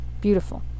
Beautiful